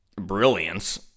brilliance